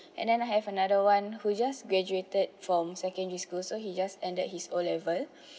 and then I have another one who just graduated from secondary school so he just enter his O level